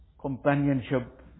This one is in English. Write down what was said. companionship